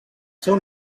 seu